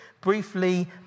briefly